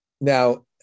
Now